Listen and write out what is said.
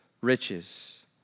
riches